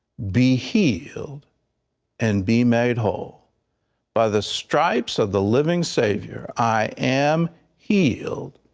be healed and be made whole by the stripes of the living savior i am healed,